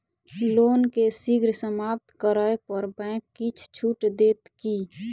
loan केँ शीघ्र समाप्त करै पर बैंक किछ छुट देत की